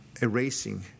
erasing